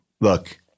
look –